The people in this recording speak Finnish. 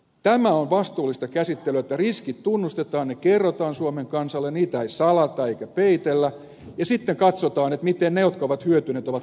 tämä on vastuullista käsittelyä että riskit tunnustetaan ne kerrotaan suomen kansalle niitä ei salata eikä peitellä ja sitten katsotaan miten ne jotka ovat hyötyneet ovat tässä mukana